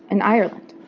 in ireland.